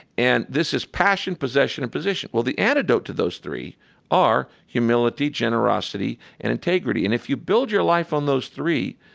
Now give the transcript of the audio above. and this is passion, possession, and position. well, the antidote to those three are humility, generosity, and integrity. and if you build your life on those three,